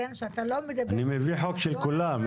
שאתה לא מדבר --- אני מביא חוק של כולם,